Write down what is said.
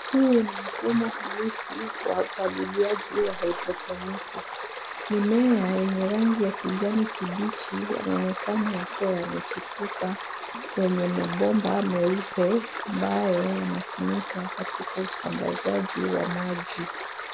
Huu ni mfumo halisi wa upaliliaji wa haidroponiki. Mimea yenye rangi ya kijani kibichi yanaonekana yakiwa yamechipuka kwenye mabomba meupe ambayo yanatumika katika usambazaji wa maji.